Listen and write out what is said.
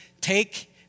Take